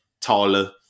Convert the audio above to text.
taller